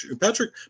Patrick